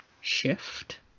shift